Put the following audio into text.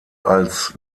als